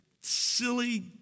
silly